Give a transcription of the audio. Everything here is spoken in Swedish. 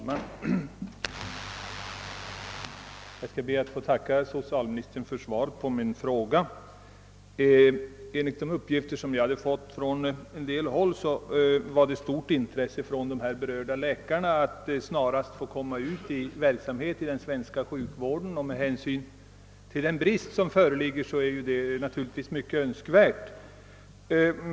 Herr talman! Jag ber att få tacka socialministern för svaret på min fråga. Enligt uppgifter som jag fått från olika håll har det förelegat ett stort intresse bland de berörda läkarna att snarast få komma ut i verksamhet inom den svenska sjukvården. Med hänsyn till den brist som föreligger på detta område vore detta naturligtvis mycket önskvärt.